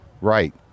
Right